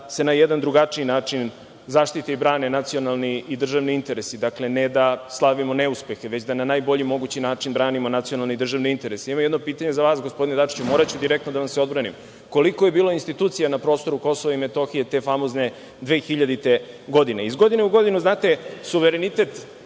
se na jedan drugačiji način zaštite i brane nacionalni i državni interesi. Dakle, ne da slavimo neuspehe, već da na najbolji mogući način branimo nacionalne i državne interese. Imamo jedno pitanje za vas, gospodine Dačiću, moraću direktno da vam se obratim - koliko je bilo institucija na prostoru Kosova i Metohije te famozne 2000. godine? Iz godine u godinu, znate, suverenitet,